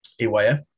AYF